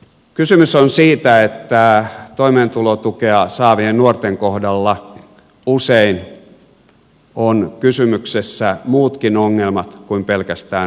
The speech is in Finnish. kysymys on siitä että toimeentulotukea saavien nuorten kohdalla usein ovat kysymyksessä muutkin ongelmat kuin pelkästään rahan puute